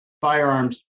firearms